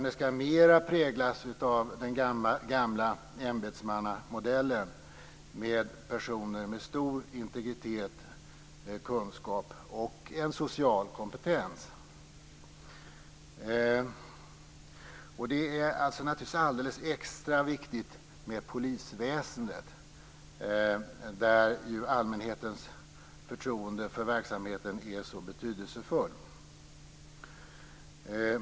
Det skall mera präglas av den gamla ämbetsmannamodellen med personer med stor integritet, kunskap och social kompetens. Det är naturligtvis alldeles extra viktigt med polisväsendet, där ju allmänhetens förtroende för verksamheten är så betydelsefull.